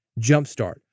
jumpstart